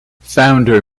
founder